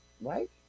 right